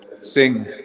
sing